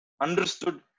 understood